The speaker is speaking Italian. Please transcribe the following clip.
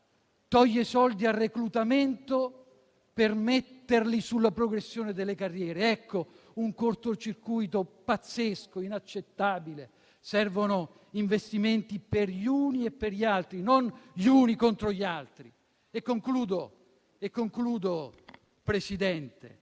toglie soldi al reclutamento per metterli sulla progressione delle carriere. Si tratta di un cortocircuito pazzesco, inaccettabile. Servono investimenti per gli uni e per gli altri, non gli uni contro gli altri. Concludo, signor Presidente.